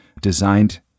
designed